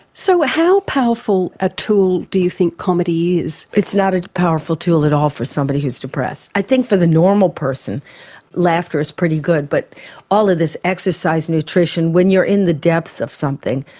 so ah how powerful a tool do you thing comedy is? it's not a powerful tool at all for somebody who is depressed. i think for the normal person laughter is pretty good. but all of this exercise, nutrition when you're in the depths of something,